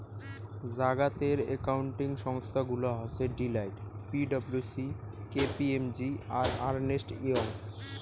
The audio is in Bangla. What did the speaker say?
জাগাতের একাউন্টিং সংস্থা গুলা হসে Deloitte, P W C, K P M G, আর আর্নেস্ট ইয়ং